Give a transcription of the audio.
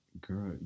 Girl